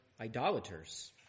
idolaters